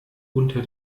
unter